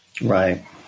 Right